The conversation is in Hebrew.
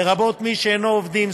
לרבות מי שאינם עובדים,